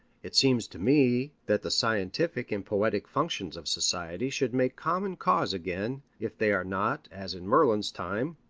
it seems to me that the scientific and poetic functions of society should make common cause again, if they are not, as in merlin's time,